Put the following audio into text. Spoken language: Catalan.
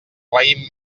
raïm